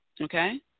Okay